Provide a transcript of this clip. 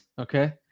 Okay